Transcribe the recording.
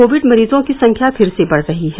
Covid मरीजों की संख्या फिर से बढ़ रही है